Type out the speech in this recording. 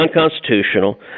unconstitutional